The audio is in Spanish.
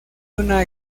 una